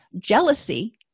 jealousy